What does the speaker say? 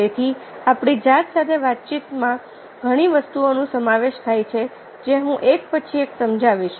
તેથી આપણી જાત સાથે વાતચીતમાં ઘણી વસ્તુઓનો સમાવેશ થાય છે જે હું એક પછી એક સમજાવીશ